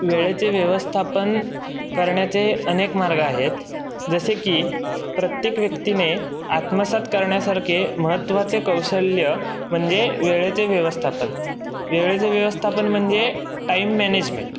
वेळेचे व्यवस्थापन करण्याचे अनेक मार्ग आहेत जसे की प्रत्येक व्यक्तीने आत्मसात करण्यासारखे महत्त्वाचे कौशल्य म्हणजे वेळेचे व्यवस्थापन वेळेचे व्यवस्थापन म्हणजे टाईम मॅनेजमेंट